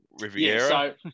Riviera